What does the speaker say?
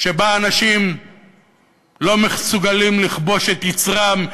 שבה אנשים לא מסוגלים לכבוש את יצרם,